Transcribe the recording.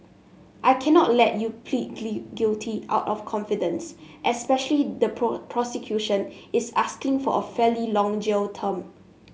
I cannot let you plead guilty out of convenience especially the prosecution is asking for a fairly long jail term